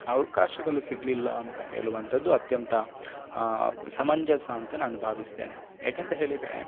ಅವ್ಕಾಶಗಳು ಸಿಗಲಿಲ್ಲ ಅಂತ ಹೇಳುವಂಥದ್ದು ಅತ್ಯಂತ ಸಮಂಜಸ ಅಂತ ನಾನು ಭಾವಿಸ್ತೇನೆ ಏಕೆಂತ ಹೇಳಿದ್ರೆ